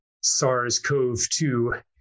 SARS-CoV-2